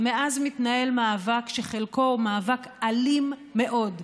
ומאז מתנהל מאבק שחלקו הוא מאבק אלים מאוד.